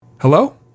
Hello